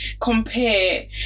compare